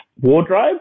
wardrobe